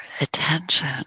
attention